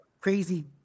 crazy